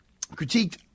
critiqued